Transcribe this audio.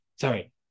sorry